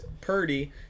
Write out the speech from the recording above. Purdy